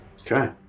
Okay